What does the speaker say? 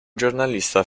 giornalista